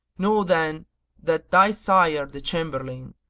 know then that thy sire the chamberlain,